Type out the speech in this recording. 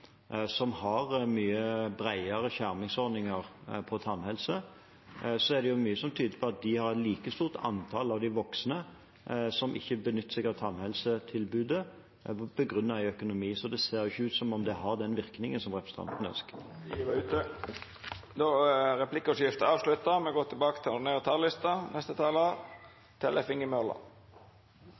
som har mye bredere skjermingsordninger på tannhelse, er det mye som tyder på at de har en like stor andel voksne som ikke benytter seg av tannhelsetilbudet på grunn av økonomi. Så det ser ikke ut som om det har den virkningen som representanten ønsker. Replikkordskiftet er avslutta. Dei talarane som heretter får ordet, har òg ei taletid på inntil 3 minutt. Vi